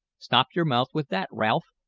stop your mouth with that, ralph,